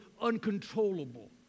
uncontrollable